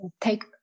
take